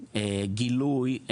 גילוי,